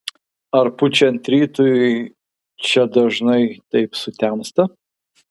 ar pučiant ryčiui čia dažnai taip sutemsta